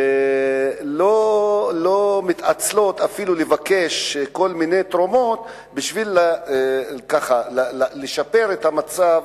הן לא מתעצלות אפילו לבקש כל מיני תרומות כדי לשפר את המצב